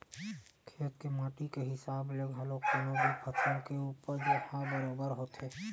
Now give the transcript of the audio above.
खेत के माटी के हिसाब ले घलो कोनो भी फसल के उपज ह बरोबर होथे